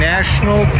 National